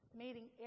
meeting